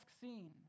scene